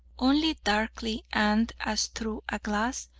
only darkly and as through a glass,